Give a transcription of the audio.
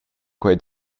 quei